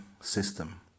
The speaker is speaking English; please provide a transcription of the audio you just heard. system